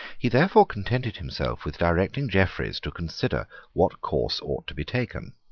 he therefore contented himself with directing jeffreys to consider what course ought to be taken.